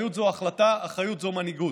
אחריות זו החלטה, אחריות זו מנהיגות.